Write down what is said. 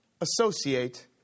associate